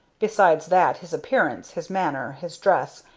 besides that, his appearance, his manner, his dress,